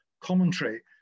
Commentary